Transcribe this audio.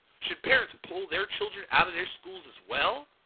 should parents pull their children out of their schools as well?